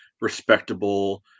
respectable